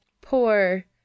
poor